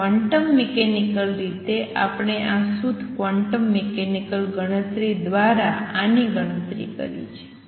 તો quantum mechanical રીતે આપણે પણ આ શુદ્ધ ક્વોન્ટમ મિકેનિકલ ગણતરી દ્વારા આની ગણતરી કરી છે